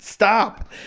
Stop